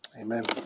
Amen